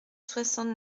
soixante